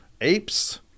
apes